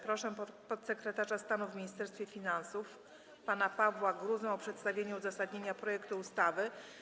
Proszę podsekretarza stanu w Ministerstwie Finansów pana Pawła Gruzę o przedstawienie uzasadnienia projektu ustawy.